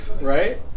Right